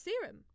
serum